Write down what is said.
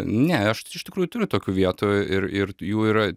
ne aš iš tikrųjų turiu tokių vietų ir ir jų yra